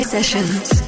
Sessions